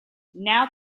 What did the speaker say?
now